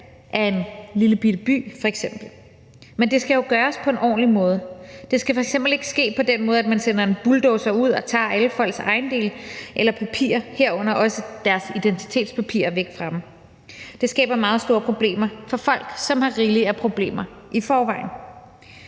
en lillebitte by. Men det skal jo gøres på en ordentlig måde. Det skal f.eks. ikke ske på den måde, at man sender en bulldozer ud og tager alle folks ejendele eller papirer, herunder også deres identitetspapirer, væk fra dem. Det skaber meget store problemer for folk, som har rigeligt af problemer i forvejen.